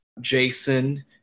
Jason